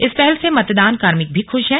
इस पहल से मतदान कार्मिक भी खुश हैं